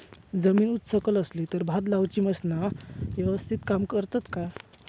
जमीन उच सकल असली तर भात लाऊची मशीना यवस्तीत काम करतत काय?